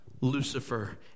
Lucifer